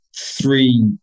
three